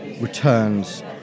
returns